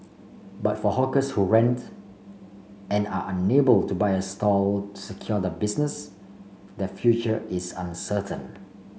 but for hawkers who rent and are unable to buy a stall secure the business the future is uncertain